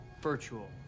virtual